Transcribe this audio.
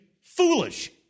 foolish